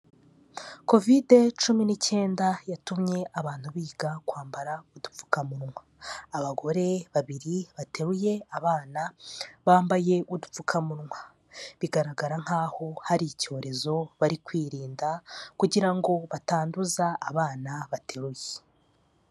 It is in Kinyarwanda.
Covid cumi n'icyenda yatumye abantu biga kwambara udupfukamunwa. Abagore babiri bateruye abana, bambaye udupfukamunwa. Bigaragara nkaho hari icyorezo bari kwirinda kugira ngo batanduza abana bateruye.